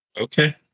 Okay